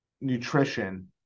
nutrition